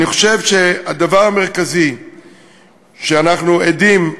אני חושב שהדבר המרכזי שאנחנו עדים לו,